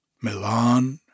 Milan